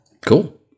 Cool